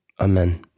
Amen